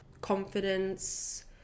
confidence